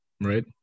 Right